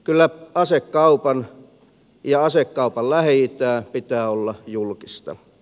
kyllä asekaupan ja asekaupan lähi itään pitää olla julkista